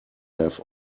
have